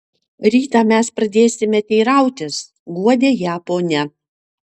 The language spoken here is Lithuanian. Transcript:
rytą mes pradėsime teirautis guodė ją ponia